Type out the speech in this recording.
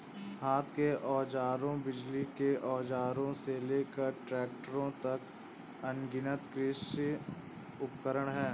हाथ के औजारों, बिजली के औजारों से लेकर ट्रैक्टरों तक, अनगिनत कृषि उपकरण हैं